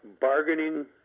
bargaining